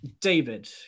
David